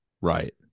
Right